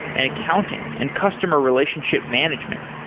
and accounting, and customer relationship management.